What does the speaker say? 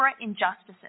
injustices